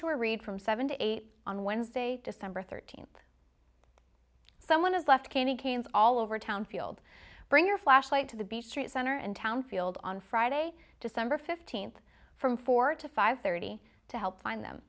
or read from seven to eight on wednesday december thirteenth someone has left candy canes all over town field bring your flashlight to the beach trade center and town field on friday december fifteenth from four to five thirty to help find them